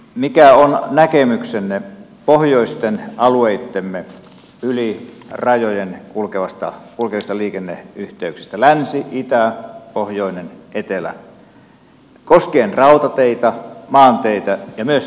mikä on näkemyksenne pohjoisten alueittemme yli rajojen kulkevasta uudesta liikenne yhteyksistä länsi kulkevista liikenneyhteyksistä länsiitä pohjoinenetelä koskien rautateitä maanteitä ja myös lentoliikennettä